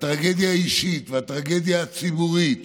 הטרגדיה האישית והטרגדיה הציבורית